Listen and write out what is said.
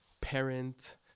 parent